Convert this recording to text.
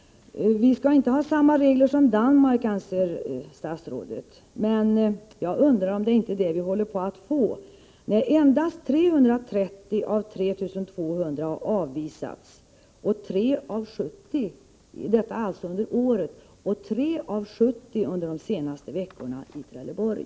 Vi skall inte ha samma regler som Danmark, anser statsrådet, men jag undrar om det inte är just det vi håller på att få, när endast 330 av 3 200 har avvisats under året, och endast 3 av 70 under de senaste veckorna, i Trelleborg.